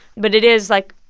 but it is, like,